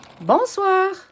Bonsoir